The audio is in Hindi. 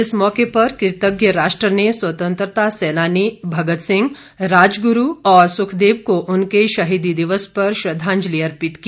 इस मौके पर क्रतज्ञ राष्ट्र ने स्वतंत्रता सेनानी भगत सिंह राजगुरू और सुखदेव को उनके शहीदी दिवस पर श्रद्धांजलि अर्पित की